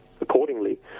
accordingly